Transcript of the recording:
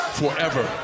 forever